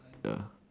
ya